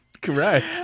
correct